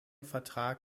vertrag